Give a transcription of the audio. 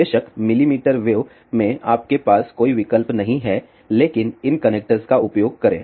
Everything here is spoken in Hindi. बेशक मिलीमीटर वेव में आपके पास कोई विकल्प नहीं है लेकिन इन कनेक्टर्स का उपयोग करें